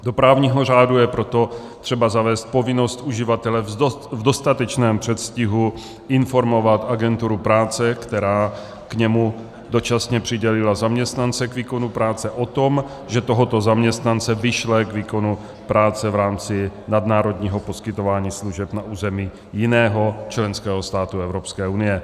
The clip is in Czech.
Do právního řádu je proto třeba zavést povinnost uživatele v dostatečném předstihu informovat agenturu práce, která k němu dočasně přidělila zaměstnance k výkonu práce, o tom, že tohoto zaměstnance vyšle k výkonu práce v rámci nadnárodního poskytování služeb na území jiného členského státu Evropské unie.